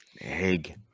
egg